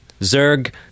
Zerg